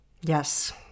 Yes